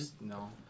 No